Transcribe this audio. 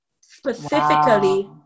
specifically